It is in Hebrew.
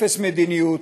אפס מדיניות,